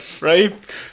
right